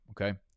Okay